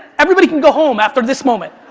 everybody can go home after this moment.